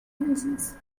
engines